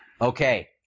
Okay